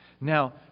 Now